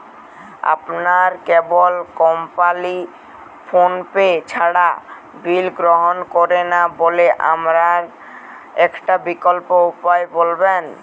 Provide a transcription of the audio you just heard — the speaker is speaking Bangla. আমার কেবল কোম্পানী ফোনপে ছাড়া বিল গ্রহণ করে না বলে আমার একটা বিকল্প উপায় বলবেন?